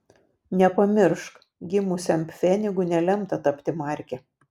nepamiršk gimusiam pfenigu nelemta tapti marke